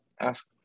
ask